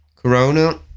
Corona